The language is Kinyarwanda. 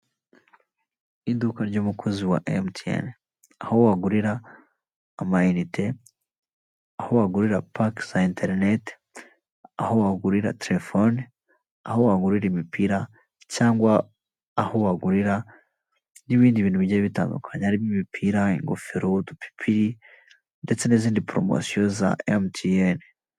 Iduka ry'umukozi wa emutiyene aho wagurira ama inite, aho wagurira pake za internet, aho wagurira telefone, aho wagurira imipira cyangwa aho wagurira n'ibindi bintu bigiye bitandukanye, haririmo imipira, ingofero n'udupipiri ndetse n'izindi poromosiyo za emutiyene.